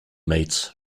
meats